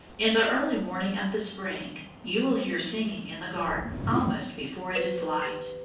in the early morning of the spring, you will hear singing in the garden almost before it is light.